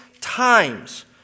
times